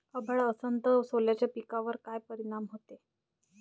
अभाळ असन तं सोल्याच्या पिकावर काय परिनाम व्हते?